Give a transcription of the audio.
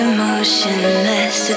Emotionless